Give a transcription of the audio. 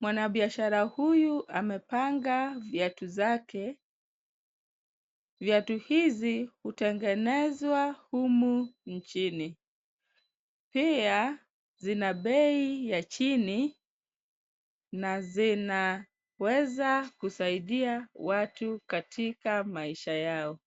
Mwanabiashara huyu amepanga viatu zake. Viatu hizi hutengenezwa humu nchini. Pia zina bei ya chini na zinaweza kusaidia watu katika maisha yao.